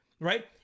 right